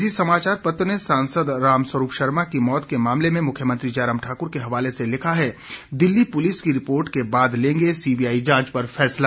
इसी समाचार पत्र ने सांसद रामस्वरूप शर्मा की मौत के मामले में मुख्यमंत्री जयराम ठाकुर के हवाले से लिखा है दिल्ली पुलिस की रिपोर्ट के बाद लेंगे सीबीआई जांच पर फैसला